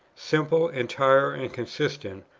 simple, entire, and consistent,